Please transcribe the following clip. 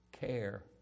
care